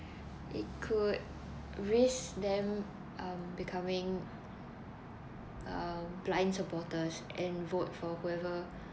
it could risk them um becoming um blind supporters and vote for whoever